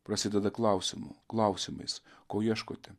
prasideda klausimu klausimais ko ieškote